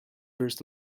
first